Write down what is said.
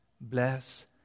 Bless